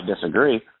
disagree